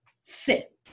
Sit